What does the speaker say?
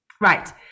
Right